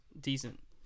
decent